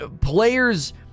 players